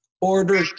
order